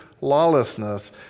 lawlessness